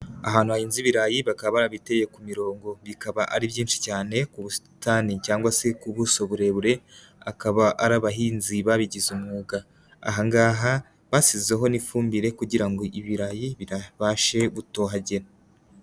Ahantu hahinze ibirayi bakaba babiteye ku mirongo bikaba ari byinshi cyane ku busitani cyangwa se ku buso burebure akaba ari abahinzi babigize umwuga, aha ngaha basizeho n'ifumbire kugira ngo ibirayi birabashe gutohagira.